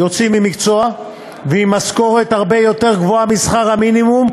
יוצאים עם מקצוע ועם משכורת הרבה יותר גבוהה משכר המינימום,